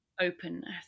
openness